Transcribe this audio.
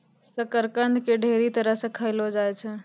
शकरकंद के ढेरी तरह से खयलो जाय छै